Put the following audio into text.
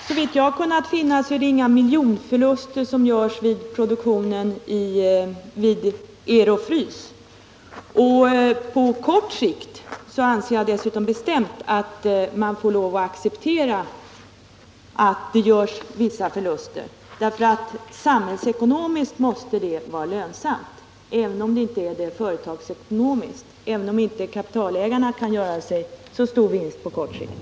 Herr talman! Såvitt jag har kunnat finna är det inga miljonförluster som görs vid produktionen hos Ero-Frys. På kort sikt anser jag dessutom bestämt att företaget får lov att acceptera att det görs vissa förluster, eftersom det måste vara samhällsekonomiskt lönsamt — även om det inte är det företagsekonomiskt sett och även om kapitalägarna inte kan göra sig så stor vinst på kort sikt.